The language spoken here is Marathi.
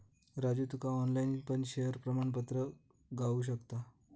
राजू तुका ऑनलाईन पण शेयर प्रमाणपत्र गावु शकता